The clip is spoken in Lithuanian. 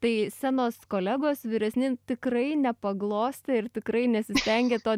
tai scenos kolegos vyresni tikrai nepaglostė ir tikrai nesistengė to